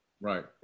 Right